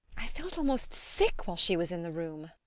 i felt almost sick while she was in the room.